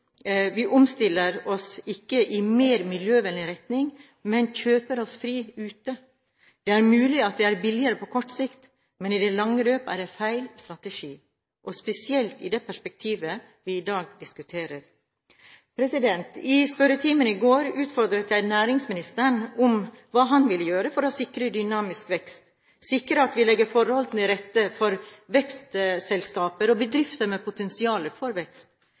i mer miljøvennlig retning, men kjøper oss fri ute. Det er mulig at det er billigere på kort sikt, men i det lange løp er det feil strategi – spesielt i det perspektivet vi i dag diskuterer. I spørretimen i går utfordret jeg næringsministeren på hva han ville gjøre for å sikre dynamisk vekst, sikre at vi legger forholdene til rette for vekstselskaper og bedrifter med potensial for vekst.